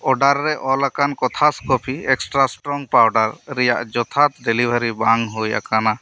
order ᱨᱮ ᱚᱞ ᱟᱠᱟᱱ ᱠᱚᱛᱷᱟᱥ ᱠᱚᱯᱷᱤ ᱮᱠᱥᱴᱨᱟ ᱥᱴᱨᱚᱝ ᱯᱟᱣᱰᱟᱨ ᱨᱮᱭᱟᱜ ᱡᱚᱛᱷᱟᱛ ᱰᱮᱞᱤᱵᱷᱟᱨᱤ ᱵᱟᱝ ᱦᱩᱭ ᱟᱠᱟᱱᱟ